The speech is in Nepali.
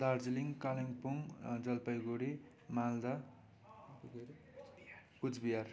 दार्जिलिङ कालेबुङ जलपाइगुडी मालदा कुचबिहार